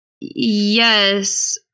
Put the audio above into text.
Yes